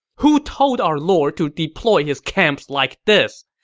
who told our lord to deploy his camps like this?